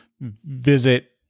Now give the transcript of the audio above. visit